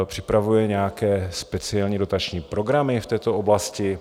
Připravuje nějaké speciální dotační programy v této oblasti?